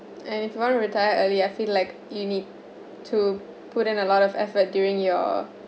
and if you want to retire early I feel like you need to put in a lot of effort during your